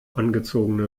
angezogene